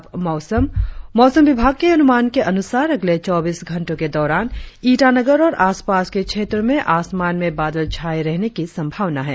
और अब मौसम मौसम विभाग के अनुमान के अनुसार अगले चौबीस घंटो के दौरान ईटानगर और आसपास के क्षेत्रो में आसमान में बादल छाये रहने की संभावना है